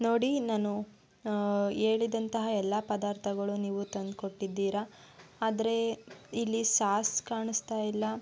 ನೋಡಿ ನಾನು ಹೇಳಿದ್ದಂತಹ ಎಲ್ಲ ಪದಾರ್ಥಗಳು ನೀವು ತಂದು ಕೊಟ್ಟಿದ್ದೀರ ಆದರೆ ಇಲ್ಲಿ ಸಾಸ್ ಕಾಣಿಸ್ತಾಯಿಲ್ಲ